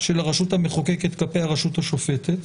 של הרשות המחוקקת כלפי הרשות השופטת.